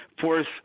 force